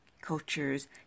cultures